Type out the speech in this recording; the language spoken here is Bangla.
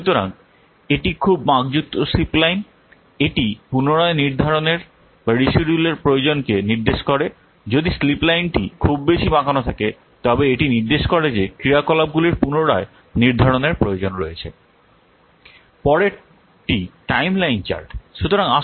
সুতরাং একটি খুব বাঁকযুক্ত স্লিপ লাইন এটি পুনরায় নির্ধারণের প্রয়োজনকে নির্দেশ করে যদি স্লিপ লাইনটি খুব বেশি বাঁকানো থাকে তবে এটি নির্দেশ করে যে ক্রিয়াকলাপগুলির পুনরায় নির্ধারণের প্রয়োজন রয়েছে